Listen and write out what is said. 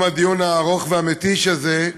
בתום הדיון הארוך והמתיש הזה,